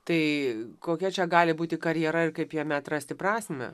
tai kokia čia gali būti karjera ir kaip jame atrasti prasmę